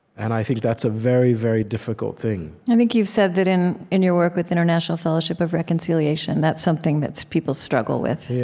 and i think that's a very, very difficult thing i think you've said that in in your work with international fellowship of reconciliation, that's something that people struggle with